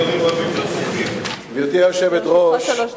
בבקשה, לרשותך שלוש דקות.